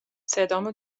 صدامو